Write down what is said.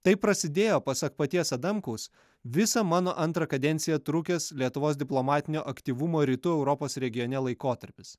taip prasidėjo pasak paties adamkaus visą mano antrą kadenciją trukęs lietuvos diplomatinio aktyvumo rytų europos regione laikotarpis